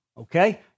okay